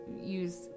use